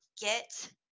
get